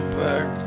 back